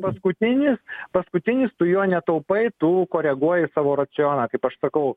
paskutinis paskutinis tu jo netaupai tu koreguoji savo racioną kaip aš sakau